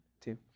two